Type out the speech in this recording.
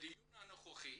בדיון הנוכחי